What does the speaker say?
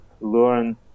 learn